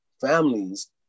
families